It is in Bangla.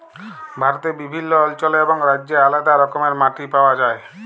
ভারতে বিভিল্ল্য অল্চলে এবং রাজ্যে আলেদা রকমের মাটি পাউয়া যায়